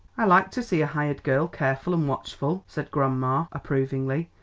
i like to see a hired girl careful and watchful, said grandma approvingly,